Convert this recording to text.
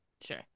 Sure